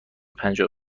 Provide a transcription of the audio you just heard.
پنجاه